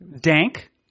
Dank